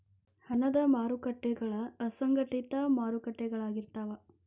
ಹಣದ ಮಾರಕಟ್ಟಿಗಳ ಅಸಂಘಟಿತ ಮಾರಕಟ್ಟಿಗಳಾಗಿರ್ತಾವ